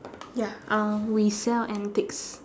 ya uh we sell antiques